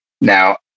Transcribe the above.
Now